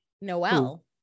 Noel